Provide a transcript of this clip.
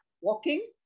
walking